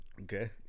Okay